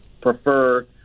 prefer